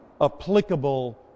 applicable